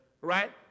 right